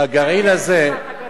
לא, גם ב"אירנגייט" פיצחת גרעינים.